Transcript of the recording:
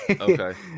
Okay